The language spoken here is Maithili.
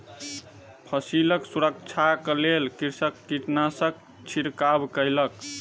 फसिलक सुरक्षाक लेल कृषक कीटनाशकक छिड़काव कयलक